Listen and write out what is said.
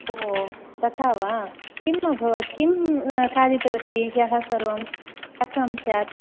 ओ तथा वा किम् अभवत् किं खादितवति ह्यः सर्वं कथं स्यात्